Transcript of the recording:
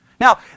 Now